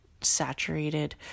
saturated